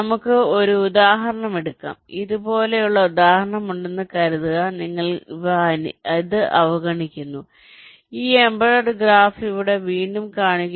നമുക്ക് ഒരു ഉദാഹരണം എടുക്കാം ഇതുപോലൊരു ഉദാഹരണമുണ്ടെന്ന് കരുതുക നിങ്ങൾ ഇത് അവഗണിക്കുന്നു ഈ എംബഡഡ് ഗ്രാഫ് ഇവിടെ വീണ്ടും കാണിക്കുന്നു